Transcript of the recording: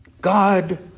God